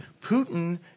Putin